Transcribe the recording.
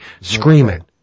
screaming